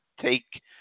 take